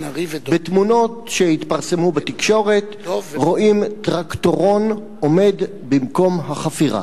בתמונות שהתפרסמו בתקשורת רואים טרקטורון עומד במקום החפירה,